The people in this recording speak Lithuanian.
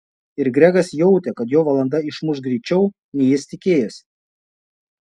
ir gregas jautė kad jo valanda išmuš greičiau nei jis tikėjosi